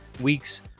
weeks